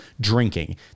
drinking